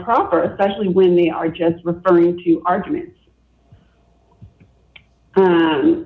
proper especially when they are just referring to arguments